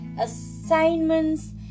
assignments